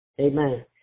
Amen